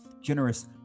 generous